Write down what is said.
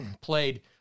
played